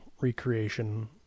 recreation